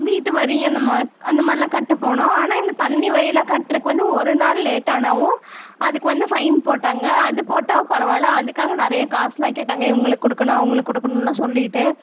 வீட்டு வரி அந்த மா அந்த மாதிரிலாம் கட்ட போனோம் ஆனால் இந்த தண்ணி வரியெலாம் கட்டுறக்கு வந்து ஒரு நாள் லேட்டானாவும் அதுக்கு வந்து ஃபைன் போட்டாங்க அது போட்டாவும் பரவாயில்ல அதுக்காக நிறைய காசுலாம் கேட்டாங்க இவங்களுக்கு கொடுக்கணும் அவங்களுக்கு கொடுக்கணுன்லாம் சொல்லிகிட்டு